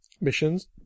missions